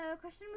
question